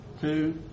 two